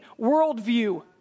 worldview